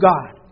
God